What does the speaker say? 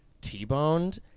T-boned